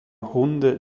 hunde